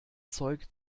zeug